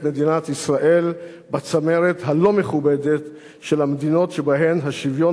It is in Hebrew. מדינת ישראל בצמרת הלא-מכובדת של המדינות שבהן השוויון